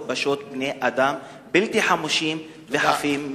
בשוט בני-אדם בלתי חמושים וחפים מפשע".